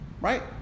right